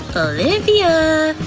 olivia?